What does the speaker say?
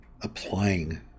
applying